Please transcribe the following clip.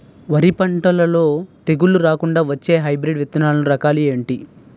వరి పంటలో తెగుళ్లు రాకుండ వచ్చే హైబ్రిడ్ విత్తనాలు రకాలు ఏంటి?